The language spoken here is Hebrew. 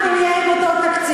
אנחנו נהיה עם אותו תקציב.